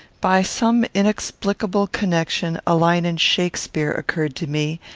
by some inexplicable connection a line in shakspeare occurred to me,